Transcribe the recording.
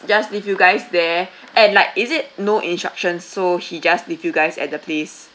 just leave you guys there and like is it no instructions so he just leave you guys at the place